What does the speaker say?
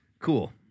Cool